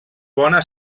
bona